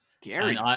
Gary